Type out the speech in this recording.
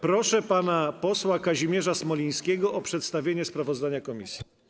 Proszę pana posła Kazimierza Smolińskiego o przedstawienie sprawozdania komisji.